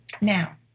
Now